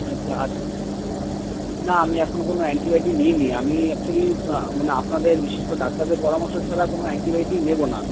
আচ্ছা আচ্ছা না আমি এখনও কোনও অ্যান্টিবায়োটিক নিইনি আমি অ্যাকচুয়েলি মানে আপনাদের বিশেষ করে ডাক্তারদের পরামর্শ ছাড়া কোনও অ্যান্টিবায়োটিক নেব না